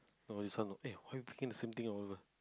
no this one no eh why you picking the same thing over over